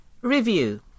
Review